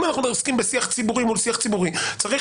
אם אנחנו עוסקים בשיח ציבורי מול שיח ציבורי צריך